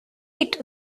like